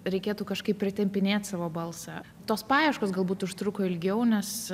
reikėtų kažkaip pritempinėt savo balsą tos paieškos galbūt užtruko ilgiau nes